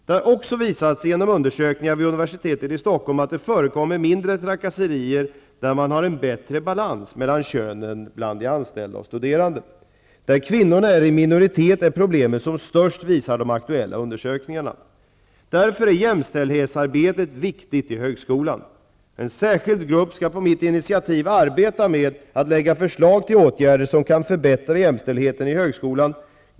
Det har också visat sig genom undersökningarna vid universitetet i Stockholm att det förekommer mindre trakasserier där man har en bättre balans mellan könen bland de anställda och studerande. Där kvinnorna är i minoritet är problemen som störst visar de aktuella undersökningarna. Därför är jämställdhetsarbetet viktigt i högskolan. En särskild arbetsgrupp skall på mitt initiativ arbeta med att lägga förslag till åtgärder som kan förbättra jämställdheten i högskolan.